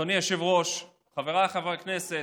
אדוני היושב-ראש, חבריי חברי הכנסת,